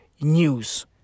news